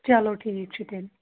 چلو ٹھیٖک چھُ تیٚلہِ